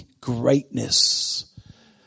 greatness